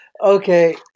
okay